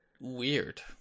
weird